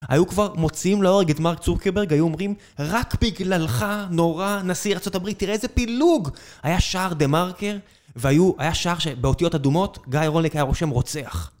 היו כבר מוציאים להורג את מארק צורקברג, היו אומרים רק בגללך נורה נשיא ארה״ב תראה איזה פילוג היה שער דה מרקר והיו, היה שער שבאותיות אדומות גיא רולניק היה רושם רוצח